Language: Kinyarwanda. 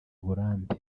uburambe